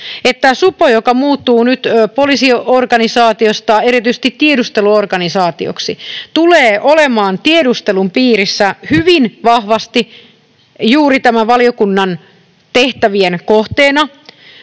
että supo, joka muuttuu nyt poliisiorganisaatiosta erityisesti tiedusteluorganisaatioksi, tulee olemaan tiedustelun piirissä hyvin vahvasti juuri tämän valiokunnan tehtävien kohteena